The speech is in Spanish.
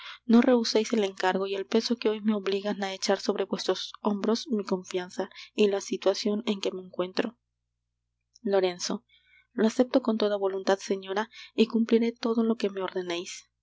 no rehuseis el encargo y el peso que hoy me obligan á echar sobre vuestros hombros mi confianza y la situacion en que me encuentro lorenzo lo acepto con toda voluntad señora y cumpliré todo lo que me ordeneis